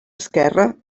esquerra